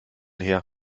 her